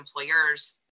employers